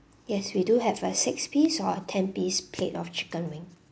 yes we do have a six piece or ten piece plate of chicken wing